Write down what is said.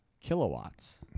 kilowatts